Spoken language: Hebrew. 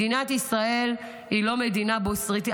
מדינת ישראל היא לא מדינה בוסרית,